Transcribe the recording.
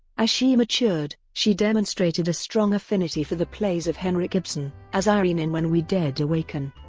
ah she matured, she demonstrated a strong affinity for the plays of henrik ibsen, as irene in when we dead awaken,